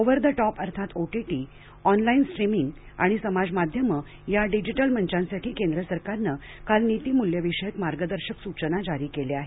over the top अर्थात OTT online streaming आणि समाजमाध्यमं या डिजिटल मंचांसाठी केंद्र सरकारनं काल नीतीमूल्यविषयक मार्गदर्शक सूचना जारी केल्या आहेत